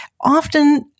Often